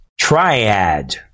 triad